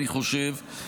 אני חושב,